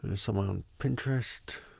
and some on pinterest.